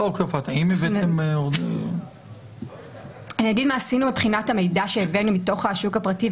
אני אגיד מה עשינו מבחינת המידע שהבאנו מתוך השוק הפרטי,